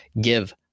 give